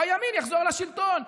הימין יחזור לשלטון.